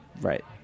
right